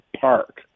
park